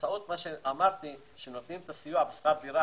באמצעות זה שנותנים את הסיוע בשכר דירה